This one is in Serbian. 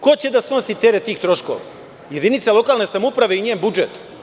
Ko će da snosi teret tih troškova, jedinica lokalne samouprave i njen budžet?